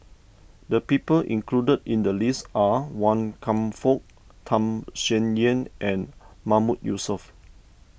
the people included in the list are Wan Kam Fook Tham Sien Yen and Mahmood Yusof